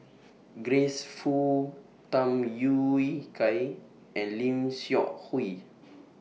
Grace Fu Tham Yui Kai and Lim Seok Hui